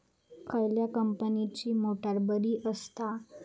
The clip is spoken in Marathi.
खयल्या कंपनीची मोटार बरी असता?